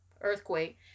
earthquake